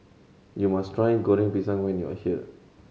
you must try Goreng Pisang when you are here